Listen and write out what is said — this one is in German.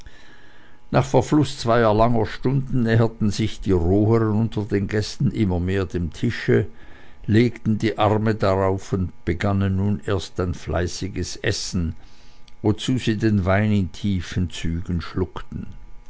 nach verfluß zweier langen stunden näherten sich die roheren unter den gästen immer mehr dem tische legten die arme darauf und begannen nun erst ein fleißiges essen wozu sie den wein in tiefen zügen schluckten